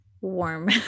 warm